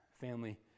family